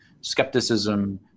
skepticism